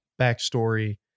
backstory